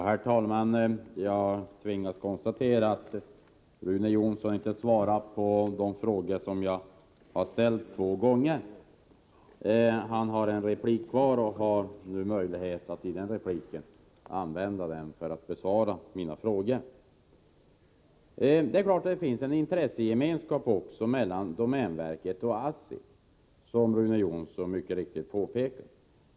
Herr talman! Jag tvingas konstatera att Rune Jonsson inte svarar på de frågor som jag har ställt två gånger. Han har en replik kvar och har möjlighet att använda den för att besvara mina frågor. Det är klart att det finns en intressegemenskap mellan domänverket och ASSI, som Rune Jonsson mycket riktigt påpekar.